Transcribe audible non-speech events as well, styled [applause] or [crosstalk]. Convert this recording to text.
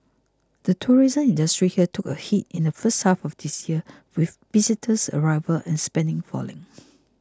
the tourism industry here took a hit in the first half of this year with visitors arrivals and spending falling [noise]